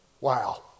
Wow